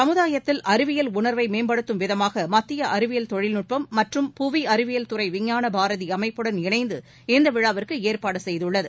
சமுதாயத்தில் அறிவியல் உணர்வை மேம்படுத்தும் விதமாக மத்திய அறிவியல் தொழில்நுட்பம் மற்றும் புவி அறிவியல் துறை விஞ்ஞான பாரதி அமைப்புடன் இணைந்து இந்த விழாவிற்கு ஏற்பாடு செய்துள்ளது